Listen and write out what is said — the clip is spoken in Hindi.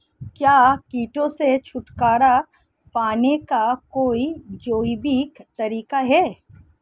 क्या कीटों से छुटकारा पाने का कोई जैविक तरीका है?